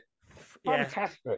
Fantastic